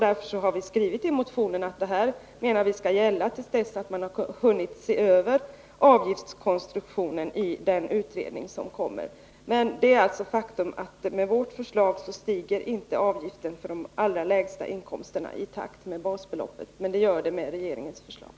Därför har vi skrivit i motionen att vi menar att denna konstruktion skall gälla till dess att man hunnit se över den. Enligt vårt förslag stiger inte avgiften vid de allra lägsta inkomsterna i takt med basbeloppet, men det gör den enligt regeringens förslag.